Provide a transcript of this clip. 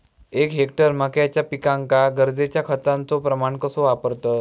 एक हेक्टर मक्याच्या पिकांका गरजेच्या खतांचो प्रमाण कसो वापरतत?